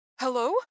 Hello